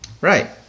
right